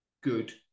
good